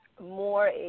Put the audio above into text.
more